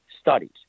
studies